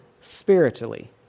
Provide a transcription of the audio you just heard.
spiritually